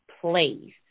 place